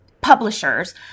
publishers